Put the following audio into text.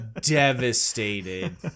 devastated